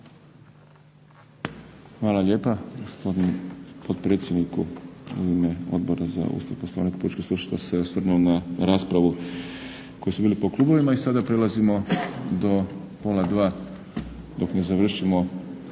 Hvala lijepa gospodinu potpredsjedniku u ime Odbora za Ustav, Poslovnik i politički sustav što se osvrnuo na raspravu koji su bili po klubovima i do pola dva dok ne završimo